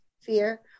fear